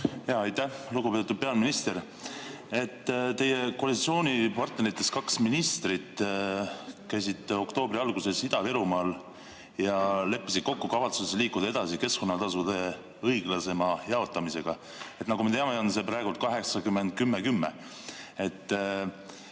Aitäh! Lugupeetud peaminister! Teie koalitsioonipartneritest kaks ministrit käisid oktoobri alguses Ida-Virumaal ja leppisid kokku kavatsuses liikuda edasi keskkonnatasude õiglasema jaotamisega. Nagu me teame, on see suhe praegu 80 : 10